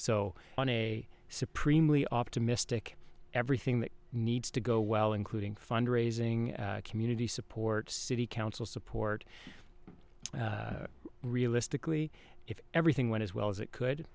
on a supreme we optimistic everything that needs to go well including fundraising community support city council support realistically if everything went as well as it could